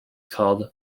called